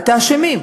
את האשמים,